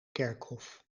kerkhof